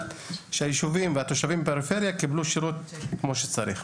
שהיישובים והתושבים בפריפריה יקבלו שירות כמו שצריך.